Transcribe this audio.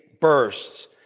bursts